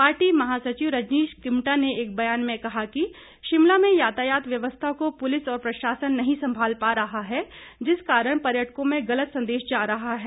party महासचिव रजनीश किमटा ने एक ब्यान में कहा कि शिमला में यातायात व्यवस्था को पुलिस और प्रशासन नहीं संभाल पा रहा है जिस कारण पर्यटकों में गलत संदेश जा रहा है